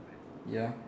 ya